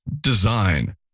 Design